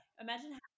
imagine